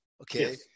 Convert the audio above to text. Okay